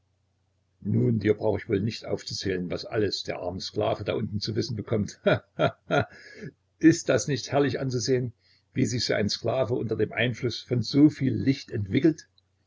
nun dir brauch ich wohl nicht aufzuzählen was alles der arme sklave da unten zu wissen bekommt he he he ist das nicht herrlich anzusehen wie sich so ein sklave unter dem einfluß von so viel licht entwickelt